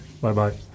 Bye-bye